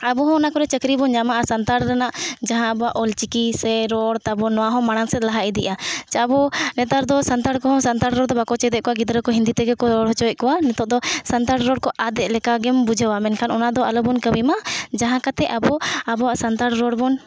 ᱟᱵᱚᱦᱚᱸ ᱚᱱᱟ ᱠᱚᱨᱮᱜ ᱪᱟᱹᱠᱨᱤ ᱵᱚᱱ ᱧᱟᱢᱟ ᱟᱨ ᱥᱟᱱᱛᱟᱲ ᱨᱮᱱᱟᱜ ᱡᱟᱦᱟᱸ ᱟᱵᱚᱣᱟᱜ ᱚᱞ ᱪᱤᱠᱤ ᱥᱮ ᱨᱚᱲ ᱛᱟᱵᱚᱱ ᱱᱚᱣᱟ ᱦᱚᱸ ᱢᱟᱲᱟᱝ ᱥᱮᱫ ᱞᱟᱦᱟ ᱤᱫᱤᱜᱼᱟ ᱟᱵᱚ ᱱᱮᱛᱟᱨ ᱫᱚ ᱥᱟᱱᱛᱟᱲ ᱠᱚᱦᱚᱸ ᱥᱟᱱᱛᱟᱲ ᱨᱚᱲᱫᱚ ᱵᱟᱠᱚ ᱪᱮᱫ ᱮᱜ ᱠᱚᱣᱟ ᱜᱤᱫᱽᱨᱟᱹ ᱠᱚ ᱦᱤᱱᱫᱤ ᱛᱮᱜᱮ ᱠᱚ ᱨᱚᱲ ᱦᱚᱪᱚᱭᱮᱫ ᱠᱚᱣᱟ ᱱᱤᱛᱚᱜ ᱫᱚ ᱥᱟᱱᱛᱟᱲ ᱨᱚᱲᱠᱚ ᱟᱫ ᱮᱫ ᱞᱮᱠᱟ ᱜᱮᱢ ᱵᱩᱡᱷᱟᱹᱣᱟ ᱢᱮᱱᱠᱷᱟᱱ ᱚᱱᱟᱫᱚ ᱟᱞᱚᱵᱚᱱ ᱠᱟᱹᱢᱤ ᱢᱟ ᱡᱟᱦᱟᱸ ᱠᱟᱛᱮ ᱟᱵᱚ ᱟᱵᱚᱣᱟᱜ ᱥᱟᱱᱛᱟᱲ ᱨᱚᱲ ᱵᱚᱱ